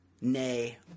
Nay